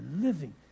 living